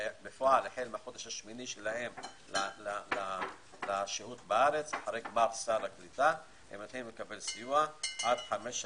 בפועל החל מהחודש השמיני שלהם לשהות בארץ הם מתחילים לקבל סיוע עד חמש,